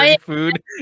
food